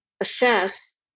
assess